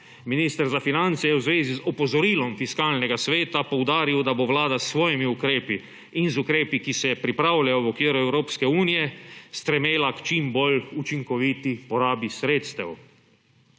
Minister za finance je v zvezi z opozorilom Fiskalnega sveta poudaril, da bo Vlada s svojimi ukrepi in z ukrepi, ki se pripravljajo v okviru Evropske unije, stremela k čim bolj učinkoviti porabi sredstev.